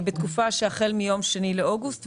החל מ-2 באוגוסט.